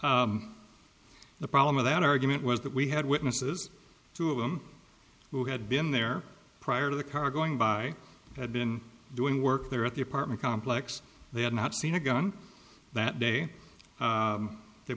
the problem with that argument was that we had witnesses two of them who had been there prior to the car going by had been doing work there at the apartment complex they had not seen a gun that day they